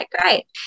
great